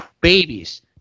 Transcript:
babies